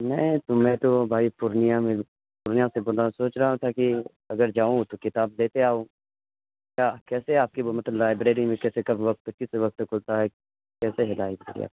میں تو میں تو بھائی پورنیہ میں پورنیہ سے بول رہا ہوں سوچ رہا تھا کہ اگر جاؤں تو کتاب لیتے آؤں کیا کیسے آپ کی وہ مطلب لائیبریری میں کیسے کب وقت کس وقت کھلتا ہے کیسے ہدایت دی جائے